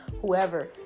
whoever